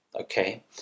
Okay